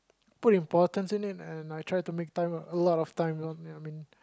put importance in it and I try to make time a lot of time ya I mean